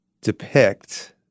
depict